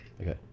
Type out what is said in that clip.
okay